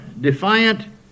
defiant